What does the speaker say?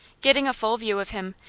getting a full view of him,